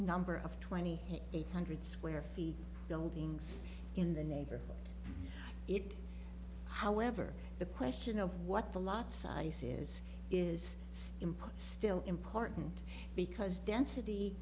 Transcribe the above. number of twenty eight hundred square feet buildings in the neighborhood it however the question of what the lot size is is simply still important because density